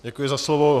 Děkuji za slovo.